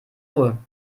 uhr